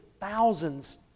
thousands